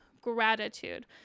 gratitude